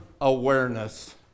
awareness